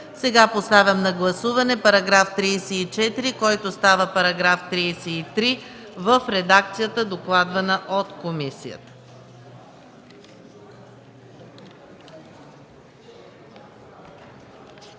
Сега поставям на гласуване § 34, който става § 33 в редакцията, докладвана от комисията.